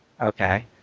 Okay